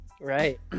Right